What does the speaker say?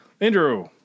Andrew